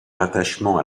rattachement